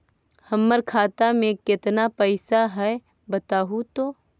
हमर खाता में केतना पैसा है बतहू तो?